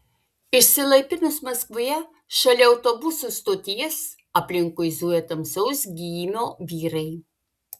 išsilaipinus maskvoje šalia autobusų stoties aplinkui zujo tamsaus gymio vyrai